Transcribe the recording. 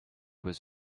was